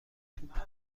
توپ